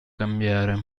cambiare